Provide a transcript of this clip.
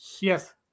Yes